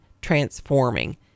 transforming